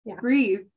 Breathe